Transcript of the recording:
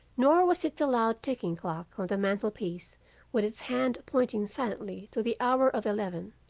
nor was it the loud ticking clock on the mantel-piece with its hand pointing silently to the hour of eleven.